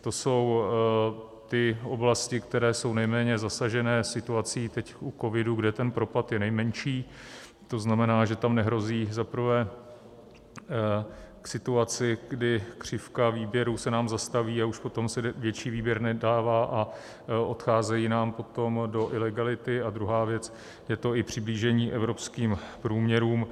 To jsou ty oblasti, které jsou nejméně zasažené situací teď u covidu, kde ten propad je nejmenší, to znamená, že tam nehrozí, za prvé, v situaci, kdy křivka výběru se nám zastaví a už potom se větší výběr nedává a odcházejí nám potom do ilegality, a druhá věc, je to i přiblížení evropským průměrům.